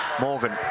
Morgan